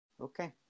Okay